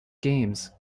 games